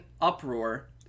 uproar